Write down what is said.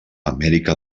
amèrica